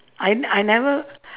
I I never